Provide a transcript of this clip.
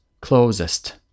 closest